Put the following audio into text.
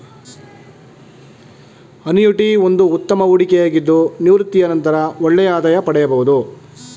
annuity ಒಂದು ಉತ್ತಮ ಹೂಡಿಕೆಯಾಗಿದ್ದು ನಿವೃತ್ತಿಯ ನಂತರ ಒಳ್ಳೆಯ ಆದಾಯ ಪಡೆಯಬಹುದು